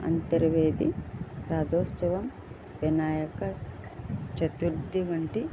అంతర్వేది రథోత్సవం వినాయక చతుర్థి వంటి